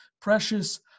Precious